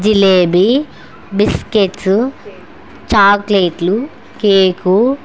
jalebi biscuits చాక్లెట్లు cake